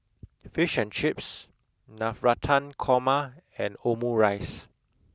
fish and chips navratan korma and omurice